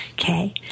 Okay